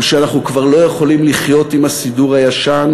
שאנחנו כבר לא יכולים לחיות עם הסידור הישן.